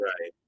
Right